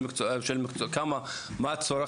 מה הצורך.